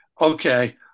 okay